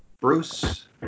Bruce